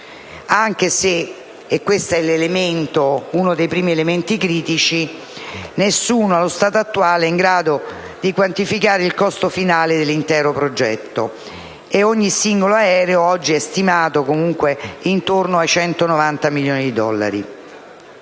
anche se - questo è uno dei primi elementi critici - nessuno, allo stato attuale, è in grado di quantificare il costo finale dell'intero progetto. Ogni singolo aereo oggi è stimato comunque intorno ai 190 milioni di dollari.